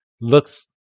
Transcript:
looks